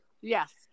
Yes